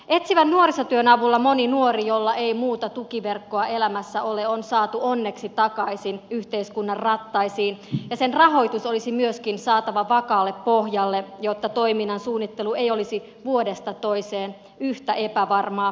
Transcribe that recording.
etsivän nuorisotyön avulla moni nuori jolla ei muuta tukiverkkoa elämässä ole on saatu onneksi takaisin yhteiskunnan rattaisiin ja sen rahoitus olisi myöskin saatava vakaalle pohjalle jotta toiminnan suunnittelu ei olisi vuodesta toiseen yhtä epävarmaa